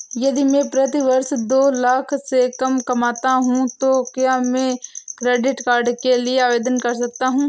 यदि मैं प्रति वर्ष दो लाख से कम कमाता हूँ तो क्या मैं क्रेडिट कार्ड के लिए आवेदन कर सकता हूँ?